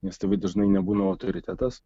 nes tėvai dažnai nebūna autoritetas